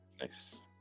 Nice